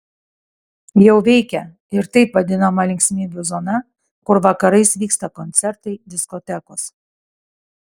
jau veikia ir taip vadinama linksmybių zona kur vakarais vyksta koncertai diskotekos